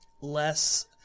less